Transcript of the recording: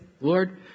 Lord